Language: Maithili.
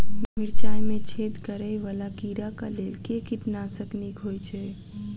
मिर्चाय मे छेद करै वला कीड़ा कऽ लेल केँ कीटनाशक नीक होइ छै?